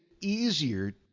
easier